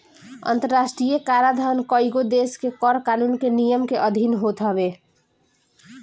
अंतरराष्ट्रीय कराधान कईगो देस के कर कानून के नियम के अधिन होत हवे